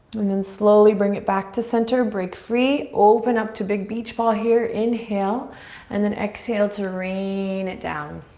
and then slowly bring it back to center. break free, open up to big beach ball here, inhale and then exhale to rain it down.